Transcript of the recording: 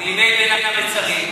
בימי בין המצרים?